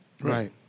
right